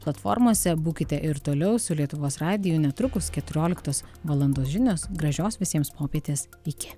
platformose būkite ir toliau su lietuvos radiju netrukus keturioliktos valandos žinios gražios visiems popietės iki